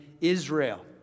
Israel